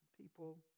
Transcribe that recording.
People